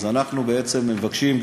אנחנו מבקשים,